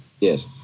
Yes